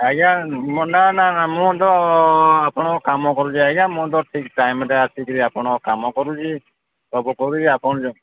ଆଜ୍ଞା ନା ନା ନା ମୁଁ ତ ଆପଣଙ୍କ କାମ କରୁଛି ଆଜ୍ଞା ମୁଁ ତ ଠିକ୍ ଟାଇମରେେ ଆସିକରି ଆପଣଙ୍କ କାମ କରୁଛି ସବୁ କରୁଛି ଆପଣ